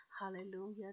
Hallelujah